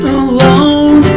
alone